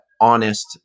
honest